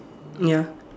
ya